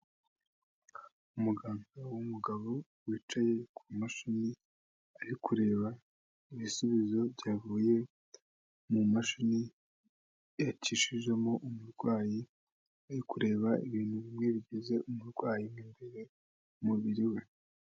Umuganga w'umugabo wicaye ku mashini ari kureba ibisubizo byavuye mu mumashini yacishijemo umurwayi, ari kureba ibintu bimwe bigize uburwayi biri mu mubiri we.